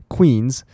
Queens